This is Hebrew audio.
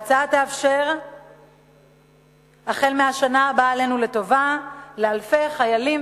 ההצעה תאפשר החל מהשנה הבאה עלינו לטובה לאלפי חיילים